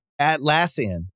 Atlassian